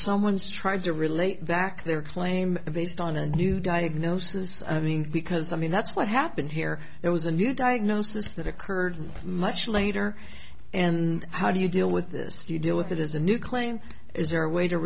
someone's tried to relate back their claim based on a new diagnosis i mean because i mean that's what happened here it was a new diagnosis that occurred much later and how do you deal with this you deal with it as a new claim is there a way to